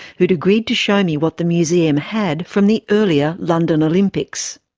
who'd agreed to show me what the museum had from the earlier london olympics.